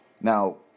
Now